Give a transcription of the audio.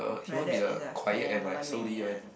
my dad is a family man